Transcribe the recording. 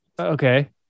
Okay